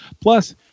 Plus